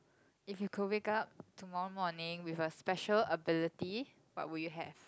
if you could wake up tomorrow morning with a special ability what would you have